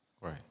Right